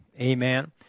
Amen